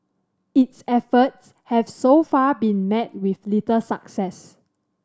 its efforts have so far been met with little success